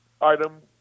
item